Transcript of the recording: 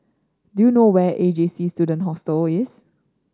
do you know where A J C Student Hostel